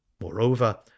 moreover